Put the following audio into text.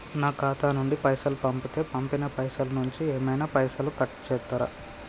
నా ఖాతా నుండి పైసలు పంపుతే పంపిన పైసల నుంచి ఏమైనా పైసలు కట్ చేత్తరా?